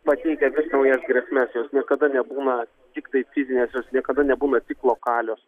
pateikia vis naujas grėsmes jos niekada nebūna tiktai fizinės jos niekada nebūna tik lokalios